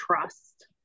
trust